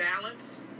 balance